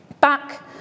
back